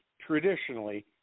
traditionally